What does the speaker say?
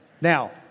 Now